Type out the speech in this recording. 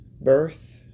birth